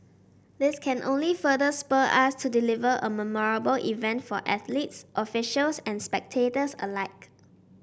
this can only further spur us to deliver a memorable event for athletes officials and spectators alike